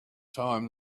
time